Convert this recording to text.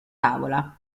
tavola